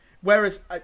Whereas